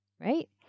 right